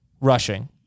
rushing